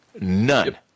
None